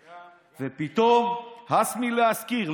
ופתאום, הס מלהכיר.